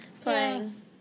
playing